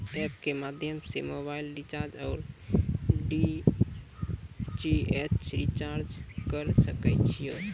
App के माध्यम से मोबाइल रिचार्ज ओर डी.टी.एच रिचार्ज करऽ सके छी यो?